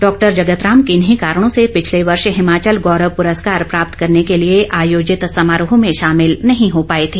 doctor Jagat Ram किन्हीं कारणों से पिछले वर्ष हिमाचल गौरव प्रस्कार प्राप्त करने के आयोजित समारोह में शामिल नहीं हो पाए थे